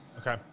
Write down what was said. Okay